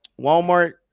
Walmart